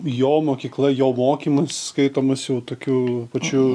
jo mokykla jo mokymas skaitomas jau tokiu pačiu